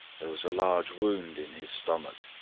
there was a large wound in his stomach.